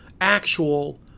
actual